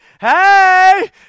hey